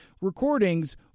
recordings